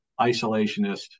isolationist